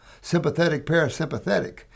sympathetic-parasympathetic